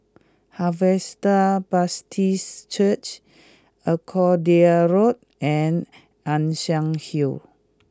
Harvester Baptist Church Arcadia Road and Ann Siang Road